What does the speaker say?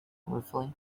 ruefully